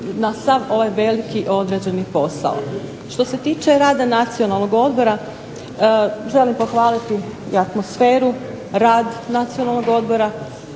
na sav ovaj veliki odrađeni posao. Što se tiče rada Nacionalnog odbora, želim pohvaliti atmosferu, rad Nacionalnog odbora.